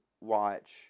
watch